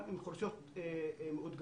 גם עם אוכלוסיות מאותגרות,